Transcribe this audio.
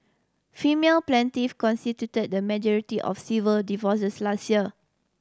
female plaintiff constituted the majority of civil divorces last year